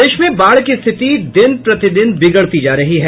प्रदेश में बाढ़ की स्थिति दिन प्रति दिन बिगड़ती जा रही है